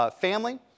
family